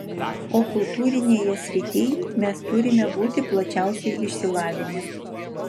o kultūrinėje srityj mes turime būti plačiausiai išsilavinę